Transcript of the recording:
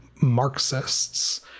marxists